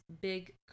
Big